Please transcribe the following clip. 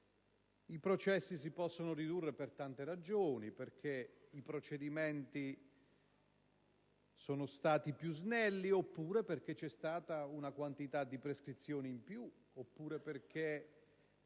I processi si possono ridurre per tante ragioni, perché i procedimenti sono stati più snelli, perché c'è stato un numero maggiore di prescrizioni, oppure perché